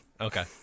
Okay